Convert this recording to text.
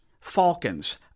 falcons